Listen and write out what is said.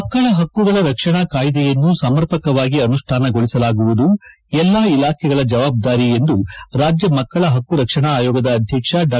ಮಕ್ಕಳ ಪಕ್ಕುಗಳ ರಕ್ಷಣಾ ಕಾಯಿದೆಯನ್ನು ಸಮರ್ಪಕವಾಗಿ ಅನುಷ್ಠಾನಗೊಳಿಸುವುದು ಎಲ್ಲಾ ಇಲಾಖೆಗಳ ಜವಾಬ್ದಾರಿ ಎಂದು ರಾಜ್ಯ ಮಕ್ಕಳ ಪಕ್ಕು ರಕ್ಷಣಾ ಅಯೋಗದ ಅಧ್ಯಕ್ಷ ಡಾ